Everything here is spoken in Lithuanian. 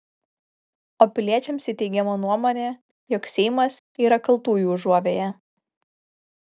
o piliečiams įteigiama nuomonė jog seimas yra kaltųjų užuovėja